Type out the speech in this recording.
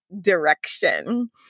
direction